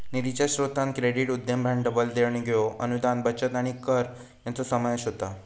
निधीच्या स्रोतांत क्रेडिट, उद्यम भांडवल, देणग्यो, अनुदान, बचत आणि कर यांचो समावेश होता